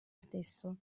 stesso